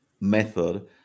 method